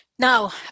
Now